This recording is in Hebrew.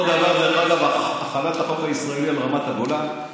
אותו דבר על החלת החוק הישראלי על רמת הגולן.